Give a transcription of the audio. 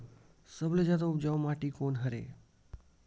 सबले जादा उपजाऊ माटी कोन हरे?